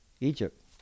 Egypt